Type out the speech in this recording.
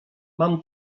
mam